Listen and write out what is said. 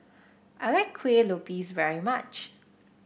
I like Kuih Lopes very much